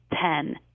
ten